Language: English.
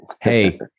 Hey